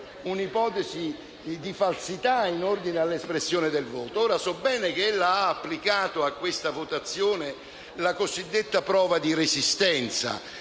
una ipotesi di falsità in ordine all'espressione del voto. Io so bene che ella ha applicato a questa votazione la cosiddetta prova di resistenza.